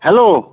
hello